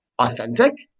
authentic